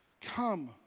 ...come